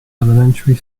elementary